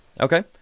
Okay